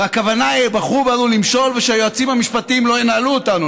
הכוונה היא: בחרו בנו למשול ושהיועצים המשפטים לא ינהלו אותנו,